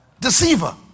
Deceiver